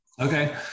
Okay